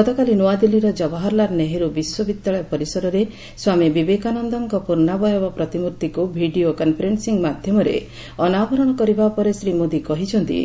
ଗତକାଲି ନୁଆଦିଲ୍ଲୀର ଜବାହାରଲାଲ୍ ନେହେରୁ ବିଶ୍ୱବିଦ୍ୟାଳୟ ପରିସରରେ ସ୍ୱାମୀ ବିବେକାନନ୍ଦଙ୍କ ପ୍ରର୍ଷାବୟବ ପ୍ରତିମ୍ଭିକୁ ଭିଡିଓ କନଫରେନ୍ସିଂ ମାଧ୍ୟମରେ ଅନାବରଣ କରିବା ପରେ ଶ୍ରୀ ମୋଦି କହିଛନ୍ତି